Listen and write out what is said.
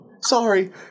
sorry